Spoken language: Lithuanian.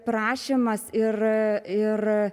prašymas ir ir